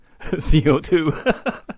CO2